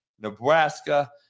Nebraska